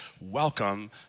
welcome